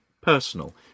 personal